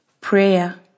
Prayer